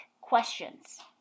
questions